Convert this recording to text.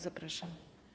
Zapraszam.